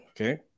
Okay